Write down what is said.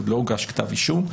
עוד לא הוגש כתב אישום,